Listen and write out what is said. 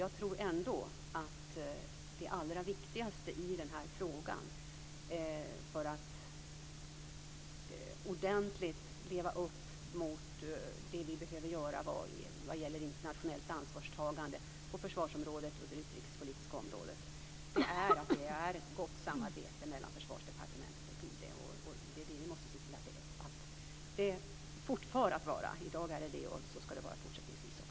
Jag tror ändå att det allra viktigaste i den här frågan, för att ordentligt leva upp till det vi behöver göra vad gäller internationellt ansvarstagande på försvarsområdet och det utrikespolitiska området, är att det är ett gott samarbete mellan Försvarsdepartementet och UD. Det är det vi måste se till att det fortfar att vara. I dag är det på det sättet och så ska det vara fortsättningsvis också.